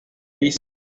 dice